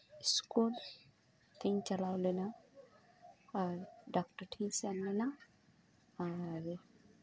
school ᱛᱤᱧ ᱪᱟᱞᱟᱣ ᱞᱮᱱᱟ ᱟᱨ ᱰᱟᱠᱛᱚᱨ ᱴᱷᱮᱱᱤᱧ ᱥᱮᱱ ᱞᱮᱱᱟ ᱟᱨ